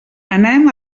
anem